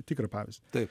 tikrą pavyzdį taip